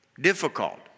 Difficult